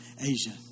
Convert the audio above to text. Asia